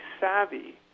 savvy